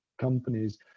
companies